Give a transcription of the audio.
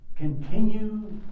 Continue